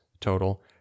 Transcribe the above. total